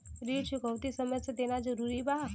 ऋण चुकौती समय से देना जरूरी बा?